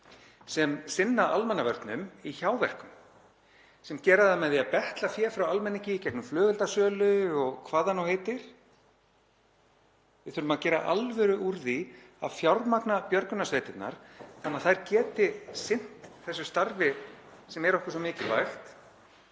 sem sinna almannavörnum í hjáverkum, sem gera það með því að betla fé frá almenningi í gegnum flugeldasölu og hvað það nú heitir. Við þurfum að gera alvöru úr því að fjármagna björgunarsveitirnar þannig að þær geti sinnt þessu starfi sem er okkur svo mikilvægt.